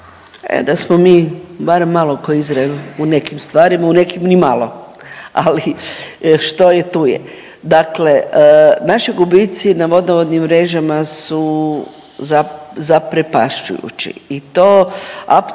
da smo mi barem malo kao Izrael, u nekim stvarima, u nekim nimalo. Ali, što je tu je. Dakle, naši gubici na vodovodnim mrežama su zaprepašćujući i to, to na